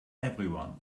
everyone